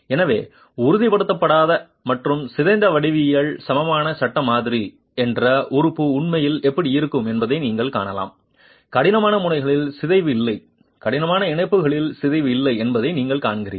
எனவே உறுதிப்படுத்தப்படாத மற்றும் சிதைந்த வடிவவியலில் சமமான சட்ட மாதிரி என்ற உறுப்பு உண்மையில் எப்படி இருக்கும் என்பதை நீங்கள் காணலாம் கடினமான முனைகளில் சிதைவு இல்லை கடினமான இணைப்புகளில் சிதைவு இல்லை என்பதை நீங்கள் காண்கிறீர்கள்